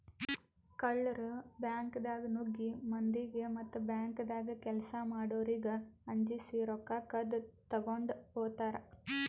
ಕಳ್ಳರ್ ಬ್ಯಾಂಕ್ದಾಗ್ ನುಗ್ಗಿ ಮಂದಿಗ್ ಮತ್ತ್ ಬ್ಯಾಂಕ್ದಾಗ್ ಕೆಲ್ಸ್ ಮಾಡೋರಿಗ್ ಅಂಜಸಿ ರೊಕ್ಕ ಕದ್ದ್ ತಗೊಂಡ್ ಹೋತರ್